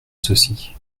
ceci